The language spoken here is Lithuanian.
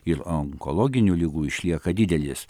ir onkologinių ligų išlieka didelis